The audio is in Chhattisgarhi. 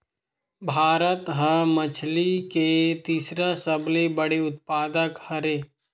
भारत हा मछरी के तीसरा सबले बड़े उत्पादक हरे